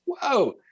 whoa